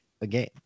again